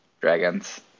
dragons